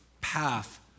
path